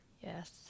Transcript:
Yes